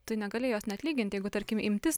tu negali jos net lygint jeigu tarkim imtis